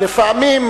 לפעמים,